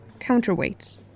Counterweights